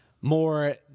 more